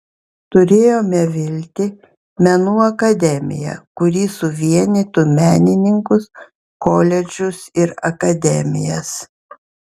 turėjome viltį menų akademiją kuri suvienytų menininkus koledžus ir akademijas